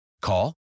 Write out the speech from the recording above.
Call